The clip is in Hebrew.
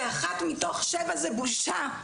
ואחת מתוך שבע זה בושה.